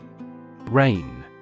Rain